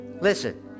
Listen